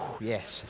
Yes